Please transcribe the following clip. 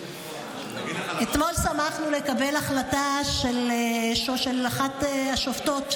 אתמול שמחנו לקבל החלטה של אחת השופטות